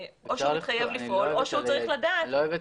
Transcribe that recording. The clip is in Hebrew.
או שהוא מתחייב לפעול או שהוא צריך לדעת.